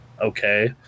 okay